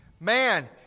man